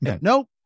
nope